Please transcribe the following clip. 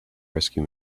rescue